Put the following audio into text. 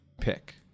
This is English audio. pick